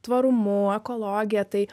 tvarumu ekologija tai